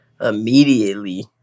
Immediately